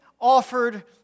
offered